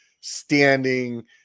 standing